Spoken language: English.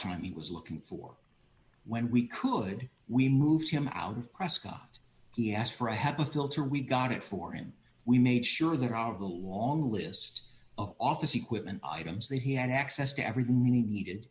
time he was looking for when we could we move him out of prescott he asked for i have a filter we got it for him we made sure there are a long list of office equipment items that he had access to everything you needed